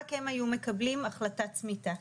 רק הם היו מקבלים החלטה צמיתה.